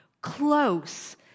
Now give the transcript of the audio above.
close